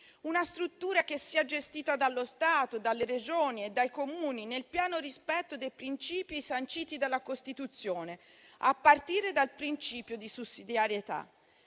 una struttura che sia gestita dallo Stato, dalle Regioni e dai Comuni, nel pieno rispetto dei principi sanciti dalla Costituzione, a partire dal principio di sussidiarietà.